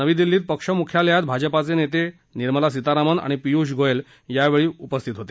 नवी दिल्लीत पक्ष मुख्यालयात भाजपानेते निर्मला सीतारामन आणि पीयुष गोयल यावेळी उपस्थित होते